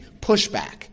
pushback